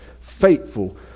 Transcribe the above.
faithful